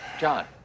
John